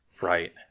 Right